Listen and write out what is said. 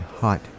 Hot